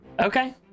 Okay